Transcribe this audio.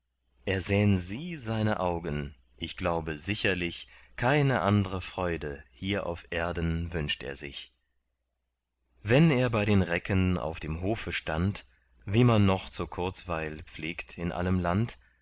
ersähn sie seine augen ich glaube sicherlich keine andre freude hier auf erden wünscht er sich wenn er bei den recken auf dem hofe stand wie man noch zur kurzweil pflegt in allem land